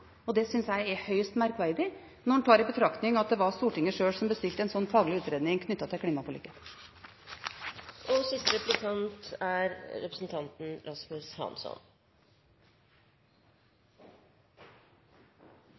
og det synes jeg er høyst merkverdig når en tar i betraktning at det var Stortinget sjøl som bestilte en faglig utredning knyttet til